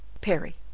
Perry